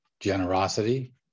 Generosity